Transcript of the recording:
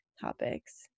topics